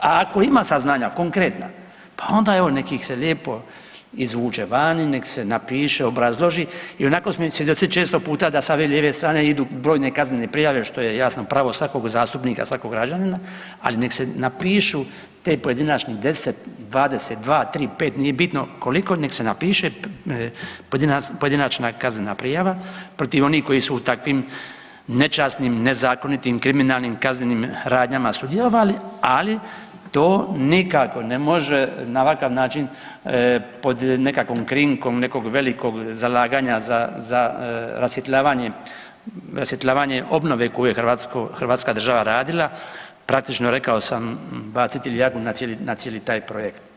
A ako ima saznanja konkretna pa onda evo nekih ih se lijepo izvuče vani, nek se napiše, obrazloži, ionako mislim da često puta da sa ove lijeve strane idu brojne kaznene prijave što je jasno pravo svakog zastupnika, svakog građanina, ali nek se napišu te pojedinačne 10, 20, 2, 3, 5 nije bitno koliko, nek se napiše pojedinačna kaznena prijava protiv onih koji su u takvim nečasnim, nezakonitim, kriminalnim kaznenim radnjama sudjelovali ali to nikako ne može na ovakav način pod nekakvom krinkom nekog velikog zalaganja za, za rasvjetljavanje obnove koju je hrvatska država radila, praktično rekao sam baciti ljagu na cijeli taj projekt.